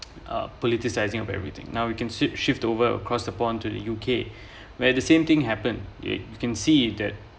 a politicising of everything now you can shift shift over across the pond to the U_K where the same thing happen you can see that